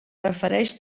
refereix